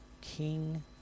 king